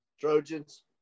Trojans